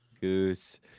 Goose